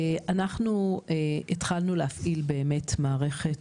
אנחנו התחלנו להפעיל באמת מערכת